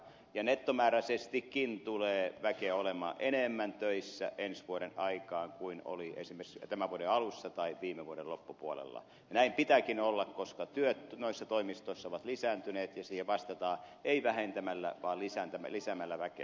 nettomääräisestikin tulee väkeä olemaan enemmän töissä ensi vuoden aikaan kuin oli esimerkiksi tämän vuoden alussa tai viime vuoden loppupuolella ja näin pitääkin olla koska työt noissa toimistoissa ovat lisääntyneet ja siihen vastataan ei vähentämällä vaan lisäämällä väkeä